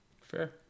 Fair